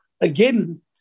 again